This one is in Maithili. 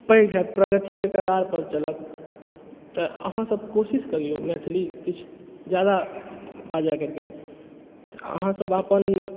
पैघ हैत प्रगतिके कगारपर चलत तऽ अहाँसब कोशिश करिऔ मैथिली किछु ज्यादा बाजै करिके तऽ अहाँसब अपन